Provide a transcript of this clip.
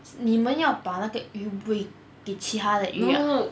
你们要把那个鱼喂给其他的鱼 ah